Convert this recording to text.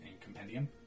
compendium